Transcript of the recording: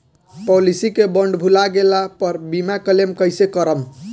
Policy के bond भुला गैला पर बीमा क्लेम कईसे करम?